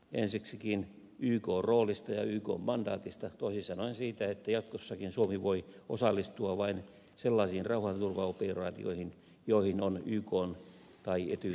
ensiksikin hän vaikeni ykn roolista ja ykn mandaatista toisin sanoen siitä että jatkossakin suomi voi osallistua vain sellaisiin rauhanturvaoperaatioihin joihin on ykn tai ety järjestön valtuutus